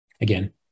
Again